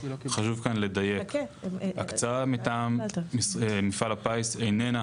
חשוב לדייק כאן: הקצאה מטעם מפעל הפיס איננה